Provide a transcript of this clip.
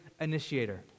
initiator